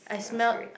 that was great